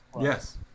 Yes